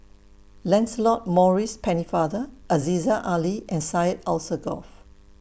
Lancelot Maurice Pennefather Aziza Ali and Syed Alsagoff